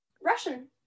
Russian